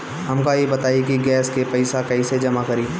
हमका ई बताई कि गैस के पइसा कईसे जमा करी?